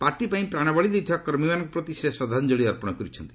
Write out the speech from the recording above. party ପାଇଁ ପ୍ରାଣବଳୀ ଦେଇଥିବା କର୍ମୀମାନଙ୍କ ପ୍ରତି ସେ ଶ୍ରଦ୍ଧାଞ୍ଜଳୀ ଅର୍ପଣ କରିଛନ୍ତି